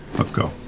let's go.